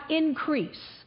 increase